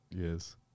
Yes